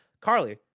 Carly